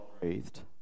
breathed